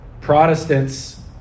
Protestants